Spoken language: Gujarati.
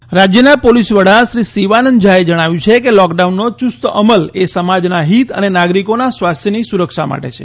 શિવાનંદ ઝા રાજ્યના પોલીસ વડા શ્રી શિવાનંદ ઝાએ જણાવ્યું છે કે લૉકડાઉનનો યુસ્ત અમલ એ સમાજના હિત અને નાગરિકોના સ્વાસ્થ્યની સુરક્ષા માટે છે